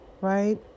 right